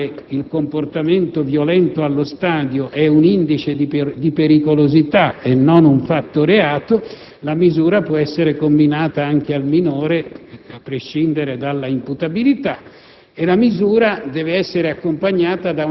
Ma se questa diventa misura di prevenzione rispetto alla quale il comportamento violento allo stadio è un indice di pericolosità e non una fatto-reato, la misura può essere comminata anche al minore,